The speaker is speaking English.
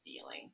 feeling